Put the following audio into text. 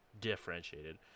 differentiated